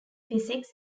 physics